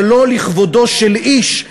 זה לא לכבודו של איש,